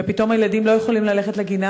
ופתאום הילדים לא יכולים ללכת לגינה,